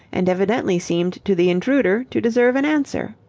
and evidently seemed to the intruder to deserve an answer.